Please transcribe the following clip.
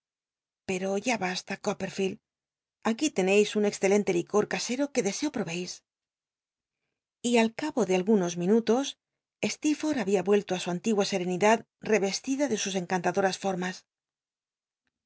pero ya basta copperfield aquí tenéis un excelente licor casero que deseo pl'obei y al cabo de algun os minutos stcc forlh había vuelto i i is su antigua erenidad rc'cslida de sus cncautatio formas